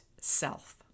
self